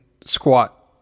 squat